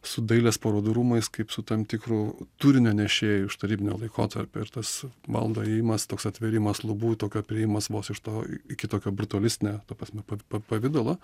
su dailės parodų rūmais kaip su tam tikru turinio nešėju iš tarybinio laikotarpio ir tas valdo įėjimas toks atvėrimas lubų tokio priėjimas vos iš to iki tokio brutualistine ta prasme pavidalo